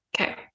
Okay